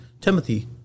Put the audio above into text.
Timothy